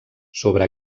sobre